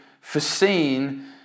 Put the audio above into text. foreseen